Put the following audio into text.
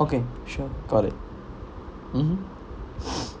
okay sure got it mmhmm